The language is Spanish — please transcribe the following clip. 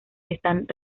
están